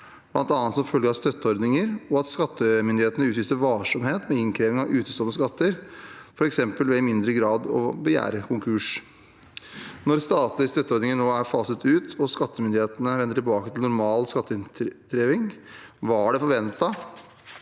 bl.a. som følge av støtteordninger og at skattemyndighetene utviste varsomhet ved innkreving av utestående skatter, f.eks. ved i mindre grad å begjære konkurs. Da statlige støtteordninger ble faset ut og skattemyndighetene vendte tilbake til normal skatteinnkreving, var det forventet